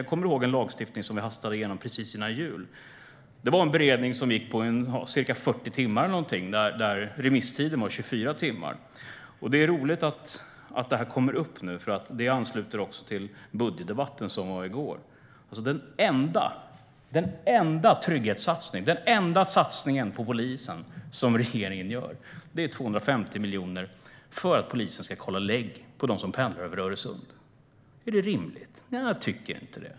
Jag kommer ihåg en lagstiftning som vi hastade igenom precis före jul. Det var en beredning som gick på ca 40 timmar och där remisstiden var 24 timmar. Det är roligt att det här kommer upp nu, för det ansluter också till gårdagens budgetdebatt. Den enda trygghetssatsningen, den enda satsningen på polisen som regeringen gör, är 250 miljoner för att polisen ska kolla legg på dem som pendlar över Öresund. Är det rimligt? Jag tycker inte det.